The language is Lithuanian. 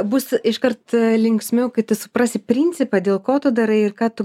bus iškart linksmiau kad tu suprasi principą dėl ko tu darai ir ką tu